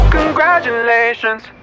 Congratulations